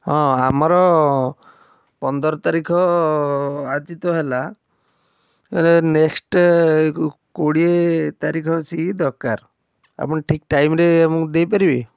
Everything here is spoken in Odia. ହଁ ଆମର ପନ୍ଦର ତାରିଖ ଆଜି ତ ହେଲା ରେ ନେକ୍ସଟ୍ କୋଡ଼ିଏ ତାରିଖ ବେସିକି ଦରକାର ଆପଣ ଠିକ୍ ଟାଇମ୍ରେ ଆମକୁ ଦେଇପାରିବେ